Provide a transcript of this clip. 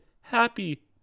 happy